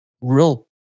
real